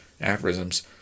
aphorisms